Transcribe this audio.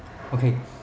okay